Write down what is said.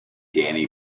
danny